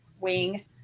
wing